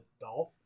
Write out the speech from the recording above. Dolph